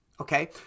okay